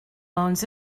loans